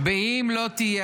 -- אם לא תהיה